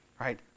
right